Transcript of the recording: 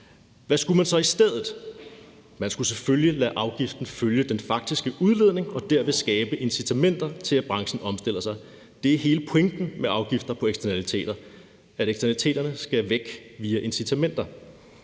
Hvad skulle man så i stedet? Man skulle selvfølgelig lade afgiften følge den faktiske uddeling og derved skabe incitamenter til, at branchen omstiller sig. Det er hele pointen med afgifter på eksternaliteter, at eksternaliteterne skal væk via incitamenter.